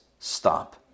Stop